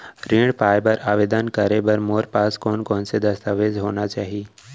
ऋण पाय बर आवेदन करे बर मोर पास कोन कोन से दस्तावेज होना चाही?